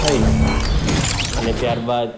થઈ અને ત્યારબાદ